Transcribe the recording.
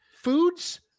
foods